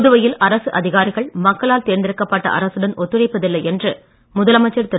புதுவையில் அரசு அதிகாரிகள் மக்களால் தேர்ந்தெடுக்கப்பட்ட ஒத்துழைப்பதில்லை என்று முதலமைச்சர் திரு